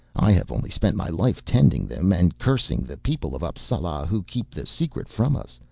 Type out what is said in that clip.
i have only spent my life tending them and cursing the people of appsala who keep the secret from us.